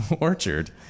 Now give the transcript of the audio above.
orchard